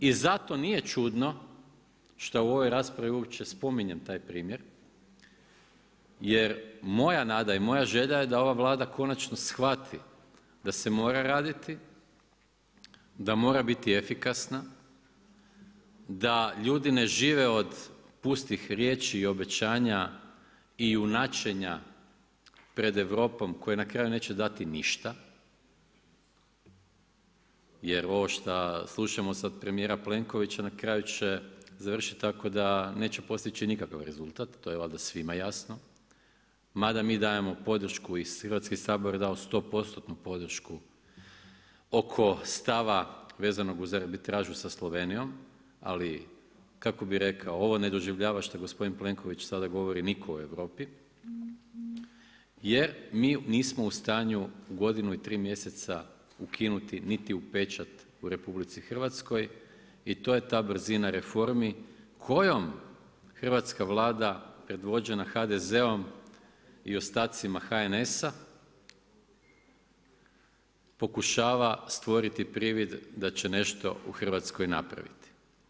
I zato nije čudno što u ovoj raspravi uopće spominjem taj primjer, jer moja nada i moja želja je ova Vlada konačno shvati da se mora raditi, da mora biti efikasna, da ljudi ne žive od pustih riječi i obećanja i junačenja pred Europom koja na kraju neće da ti ništa, jer ovo šta slušamo sad premijera Plenkovića na kraju će završiti tako da neće postići nikav rezultat, to je valjda svima jasno mada mi dajemo podršku, i Hrvatski sabor je dao stopostotnu podršku oko stava vezanog uz arbitražu sa Slovenijom, ali kako bi rekao, ovo ne doživljava što gospodin Plenković sada govori nitko u Europi jer mi nismo u stanju u godinu i tri mjeseca ukinuti niti pečat u RH i to je ta brzina reformi kojom hrvatska Vlada predvođena HDZ-om i ostacima HNS-a, pokušava stvoriti privid da će nešto u Hrvatskoj napraviti.